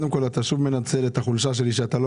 אתה שוב מנצל את החולשה שלי שאתה לא